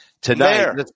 tonight